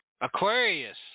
Aquarius